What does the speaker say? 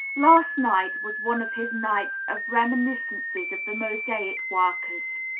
last night was one of his nights of reminiscences of the mosaic-workers.